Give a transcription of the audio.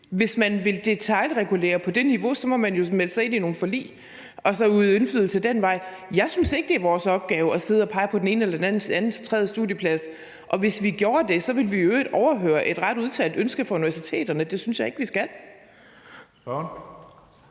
Hvis man vil detailregulere på det niveau, må man jo melde sig ind i nogle forlig og så udøve indflydelse ad den vej. Jeg synes ikke, det er vores opgave at sidde at pege på den ene, den anden eller den tredje studieplads, og hvis vi gjorde det, ville vi i øvrigt overhøre et ret udtalt ønske fra universiteterne. Det synes jeg ikke vi skal.